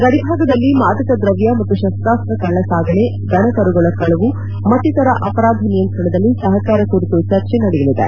ಗಡಿ ಭಾಗದಲ್ಲಿ ಮಾದಕದ್ರವ್ಯ ಮತ್ತು ಶಸ್ತ್ರಾಸ್ತ್ರ ಕಳ್ಳಸಾಗಣೆ ದನಕರುಗಳ ಕಳವು ಮತ್ತಿತರ ಅಪರಾಧ ನಿಯಂತ್ರಣದಲ್ಲಿ ಸಹಕಾರ ಕುರಿತ ಚರ್ಚೆ ನಡೆಯಲಿದೆ